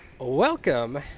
Welcome